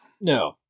No